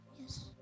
Yes